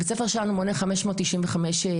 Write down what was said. בית הספר שלנו מונה 595 ילדות,